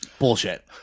bullshit